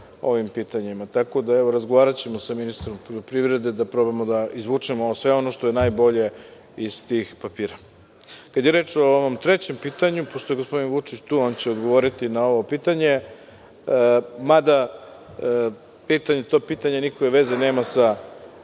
ovim pitanjima. Razgovaraćemo sa ministrom poljoprivrede, da probamo da izvučemo sve ono što je najbolje iz tih papira. Kad je reč o ovom trećem pitanju, pošto je gospodin Vučić tu, on će odgovoriti na ovo pitanje, mada to pitanje nikakve veze nema sa